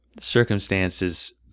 Circumstances